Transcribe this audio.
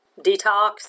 detox